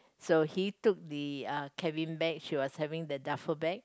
so he took the uh cabin bag she was having the duffel bag